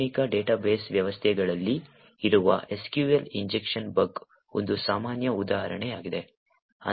ಆಧುನಿಕ ಡೇಟಾಬೇಸ್ ವ್ಯವಸ್ಥೆಗಳಲ್ಲಿ ಇರುವ SQL ಇಂಜೆಕ್ಷನ್ ಬಗ್ ಒಂದು ಸಾಮಾನ್ಯ ಉದಾಹರಣೆಯಾಗಿದೆ